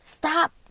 Stop